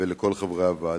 ולכל חברי הוועדה.